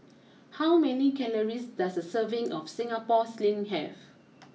how many calories does a serving of Singapore sling have